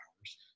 hours